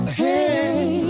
hey